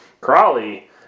Crawley